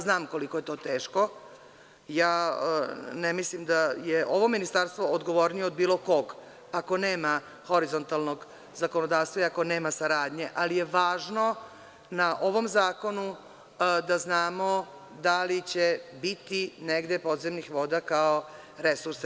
Znam koliko je to teško, ja ne mislim da je ovo Ministarstvo odgovornije od bilo kog ako nema horizontalnog zakonodavstva i ako nema saradnje, ali je važno na ovom zakonu da znamo da li će biti negde podzemnih voda kao resursa.